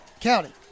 County